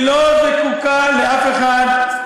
היא לא זקוקה לאף אחד.